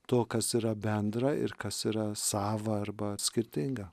to kas yra bendra ir kas yra sava arba skirtinga